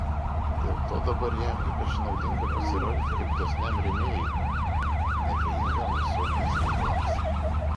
dėl to dabar jam ypač naudinga pasirodyti kaip dosniam rėmėjui neabejingam visuomenės reikalams